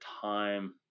time